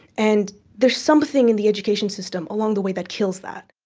and there's something in the education system along the way that kills that.